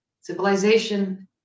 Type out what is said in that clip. Civilization